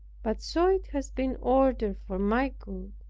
but so it has been ordered for my good,